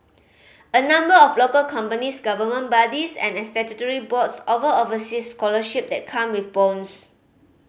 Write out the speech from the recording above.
a number of local companies government bodies and statutory boards offer overseas scholarship that come with bonds